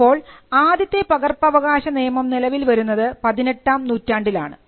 അപ്പോൾ ആദ്യത്തെ പകർപ്പവകാശ നിയമം നിലവിൽ വരുന്നത് പതിനെട്ടാം നൂറ്റാണ്ടിലാണ്